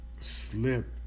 slip